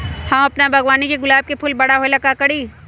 हम अपना बागवानी के गुलाब के फूल बारा होय ला का करी?